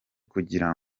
kugira